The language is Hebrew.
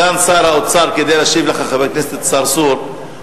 חבר הכנסת צרצור,